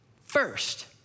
first